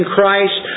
Christ